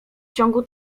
ciągu